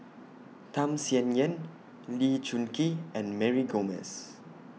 Tham Sien Yen Lee Choon Kee and Mary Gomes